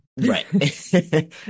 Right